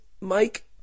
Mike